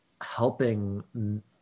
helping